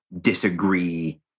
disagree